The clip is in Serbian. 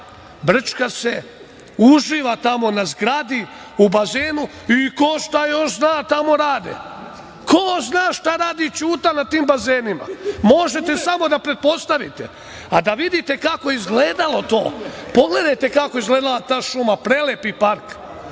brčka se, uživa tamo na zgradi u bazenu i ko zna šta još tamo rade. Ko zna šta radi Ćuta na tim bazenima. Možete samo da pretpostavite.A da vidite kako je izgledalo to. Pogledajte kako je izgledala šuma, prelepi park,